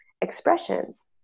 expressions